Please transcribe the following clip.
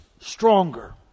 stronger